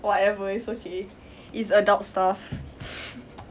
whatever it's okay it's adult stuff